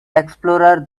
explorer